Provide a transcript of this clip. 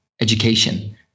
education